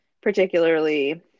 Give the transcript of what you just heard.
particularly